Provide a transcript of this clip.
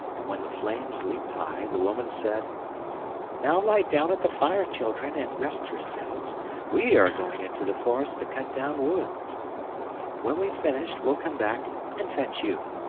and when the flames leaped high the woman said now lie down at the fire, children, and rest yourselves we are going into the forest to cut down wood when we've finished we'll come back and fetch you.